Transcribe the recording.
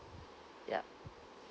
yup